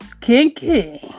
kinky